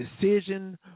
decision